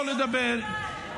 לא הבנתי, הוא עלה להתבכיין?